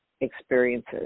experiences